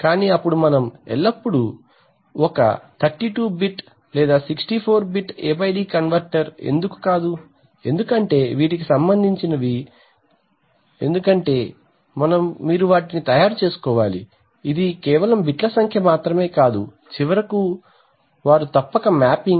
కానీ అప్పుడు మనము ఎల్లప్పుడూ ఒక 32 bit 64 bit A D converter ఎందుకు కాదు ఎందుకంటే వీటికి సంబంధించినవి ఎందుకంటే మీరు వాటిని తయారు చేసుకోవాలి ఇది కేవలం బిట్ల సంఖ్య మాత్రమే కాదు చివరకు వారు తప్పక మ్యాపింగ్ 0